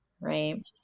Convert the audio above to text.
right